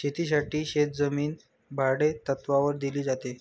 शेतीसाठी शेतजमीन भाडेतत्त्वावर दिली जाते